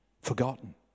forgotten